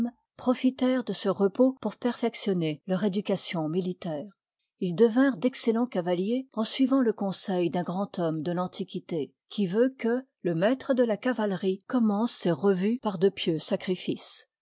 profitèrent de ce repos pour perfectionner leur éducation militaire ils devinrent d'cxcellens cavaliers en suivant le conseil d'un grand homme de l'antiquité qui veut que le ttart maître de la cavalerie commence ses re liv i vues par de pieux sacrifices